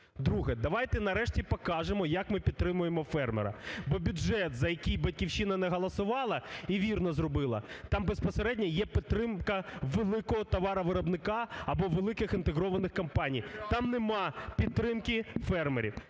Друге – давайте нарешті покажемо як ми підтримуємо фермера. Бо бюджет, за який "Батьківщина" не голосувала і вірно зробила, там безпосередньо є підтримка великого товаровиробника або великих інтегрованих компаній, там нема підтримки фермерів.